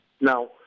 Now